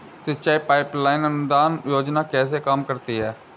सिंचाई pipeline अनुदान योजना कैसे काम करती है?